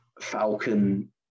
Falcon